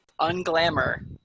unglamour